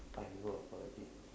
are you a virgin